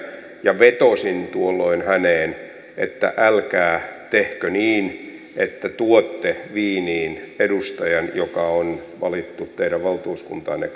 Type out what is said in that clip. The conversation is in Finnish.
ja vetosin tuolloin häneen että älkää tehkö niin että tuotte wieniin edustajan joka on valittu teidän valtuuskuntaanne